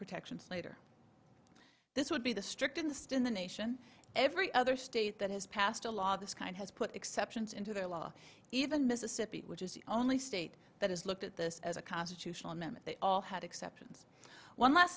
protections later this would be the strict in the stay in the nation every other state that has passed a law this kind has put exceptions into their law even mississippi which is the only state that has looked at this as a constitutional amendment they all had exceptions one l